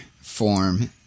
form